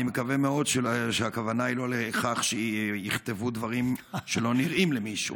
אני מקווה מאוד שהכוונה היא לא לכך שיכתבו דברים שלא נראים למישהו.